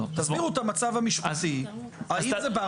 תסבירו את המצב המשפטי, האם זה בר